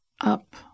up